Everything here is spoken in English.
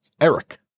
Eric